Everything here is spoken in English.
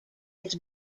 its